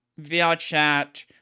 VRChat